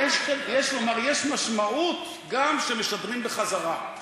הוא אמר: יש משמעות גם כשמשדרים בחזרה.